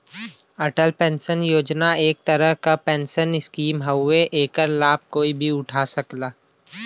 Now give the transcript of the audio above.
Atal pension Yojana एक तरह क पेंशन स्कीम हउवे एकर लाभ कोई भी उठा सकला